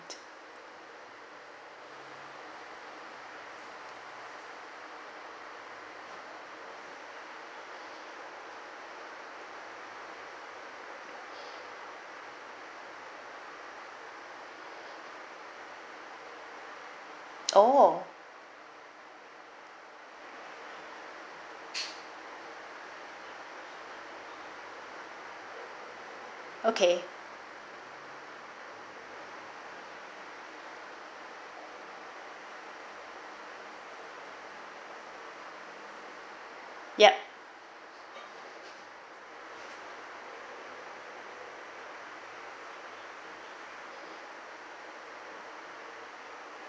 oh okay yup